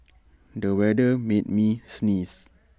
the weather made me sneeze